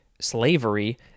Slavery